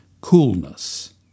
Coolness